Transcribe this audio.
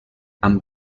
amb